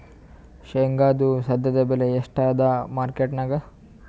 ಶೇಂಗಾದು ಸದ್ಯದಬೆಲೆ ಎಷ್ಟಾದಾ ಮಾರಕೆಟನ್ಯಾಗ?